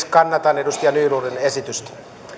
kannatan edustaja nylundin esitystä